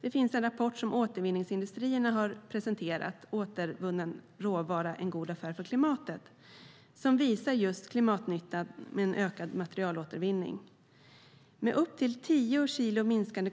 Det finns en rapport som Återvinningsindustrierna har presenterat, Återvunnen råvara - en god affär för klimatet , som visar just klimatnyttan med en ökad materialåtervinning - upp till 10 kilo minskade